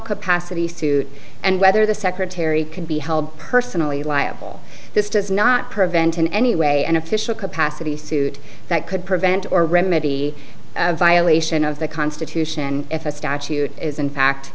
capacity suit and whether the secretary can be held personally liable this does not prevent in any way an official capacity suit that could prevent or remedy a violation of the constitution if a statute is i